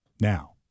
Now